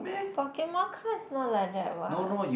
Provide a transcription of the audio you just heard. Pokemon cards not like that what